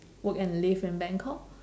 work and live in bangkok